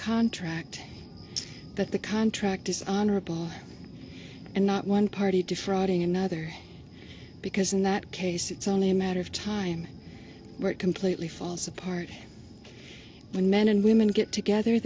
contract that the contract is honorable and not one party defrauding another because in that case it's only a matter of time where it completely falls apart when men and women get together